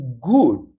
good